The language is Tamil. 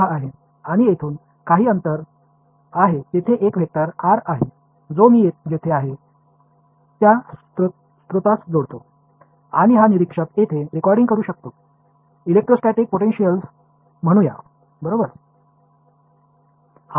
நான் சிறிது இடைவெளியில் இங்கு நிற்கிறேன் ஒரு வெக்டர் r சௌர்ஸை நான் நிற்கும் இடத்துடன் இணைக்கிறது மற்றும் அங்கு இருக்கும் அப்ஸர்வர் எலெக்ட்ரோஸ்டாடிக் போடென்ஷியலை பதிவு செய்யலாம்